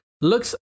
looks